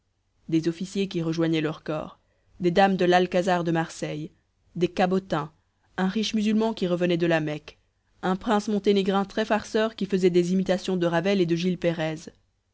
des officiers qui rejoignaient leurs corps des dames de l'alcazar de marseille des cabotins un riche musulman qui revenait de la mecque un prince monténégrin très farceur qui faisait des imitations de ravel et de gil pérès